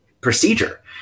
procedure